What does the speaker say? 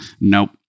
Nope